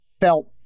felt